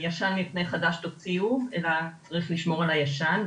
"ישן מפני חדש תוציאו", אלא צריך לשמור על הישן.